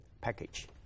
package